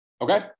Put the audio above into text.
Okay